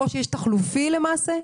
או שיש חלופי למעשה?